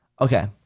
Okay